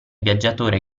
viaggiatore